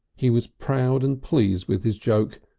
he was proud and pleased with his joke,